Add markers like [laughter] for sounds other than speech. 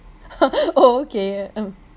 [laughs] oh okay mm